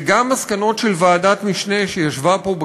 וגם מסקנות של ועדת משנה שישבה פה,